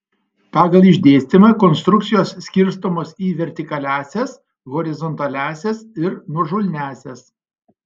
pagal išdėstymą konstrukcijos skirstomos į vertikaliąsias horizontaliąsias ir nuožulniąsias